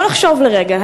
בואו נחשוב לרגע.